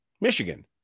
Michigan